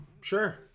Sure